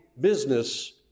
business